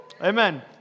Amen